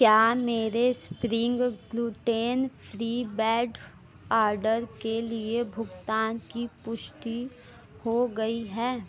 क्या मेरे spring gluten free bed order के लिए भुगतान कि पुष्टि हो गई है